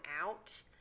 out